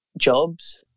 jobs